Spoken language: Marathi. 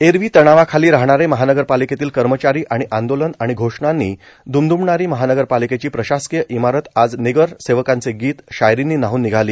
एरवी तणावाखाली राहणारे महानगरपालिकेतील कर्मचारी आणि आंदोलन आणि घोषणांनी द्मद्मणारी महानगरपालिकेची प्रशासकीय इमारत आज नगरसेवकांचे गीत शायरींनी न्हाउन निघाली